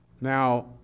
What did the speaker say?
Now